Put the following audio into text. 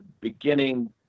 beginning